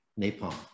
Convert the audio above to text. napalm